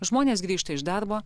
žmonės grįžta iš darbo